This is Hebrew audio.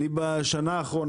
אני בשנה האחרונה,